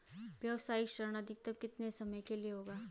व्यावसायिक ऋण अधिकतम कितने समय के लिए होगा?